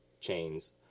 chains